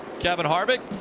kevin harvick